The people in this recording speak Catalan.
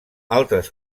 altres